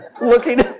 looking